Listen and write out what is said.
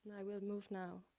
i will move now,